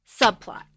subplot